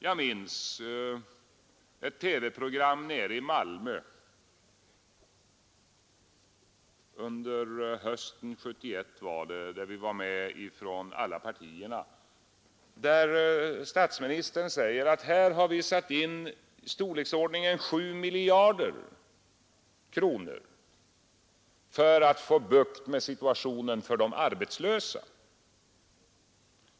Jag minns ett TV-program som sändes nerifrån Malmö — det var under hösten 1971 och vi var med från alla partierna — där statsministern sade, att här har vi satt in belopp i storleksordningen 7 miljarder för att få bukt med situationen för de arbetslösa.